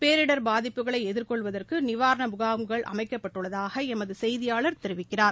பேரிடர் பாதிப்புகளை எதிர்கொள்வதற்கு நிவாரண முகாம்கள் அமைக்கப்பட்டுள்ளதாக எமது செய்தியாளர் தெரிவிக்கிறார்